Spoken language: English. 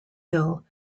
ill